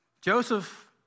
Joseph